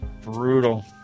Brutal